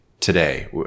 today